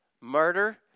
murder